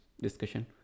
discussion